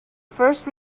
first